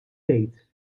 żejt